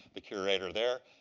the curator there,